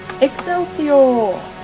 Excelsior